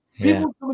People